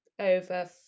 Over